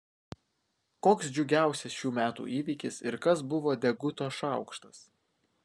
koks džiugiausias šių metų įvykis ir kas buvo deguto šaukštas